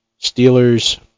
Steelers